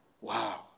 Wow